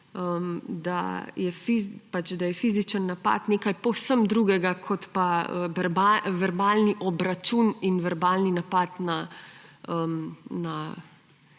da je fizičen napad nekaj povsem drugega kot pa verbalni obračun in verbalni napad,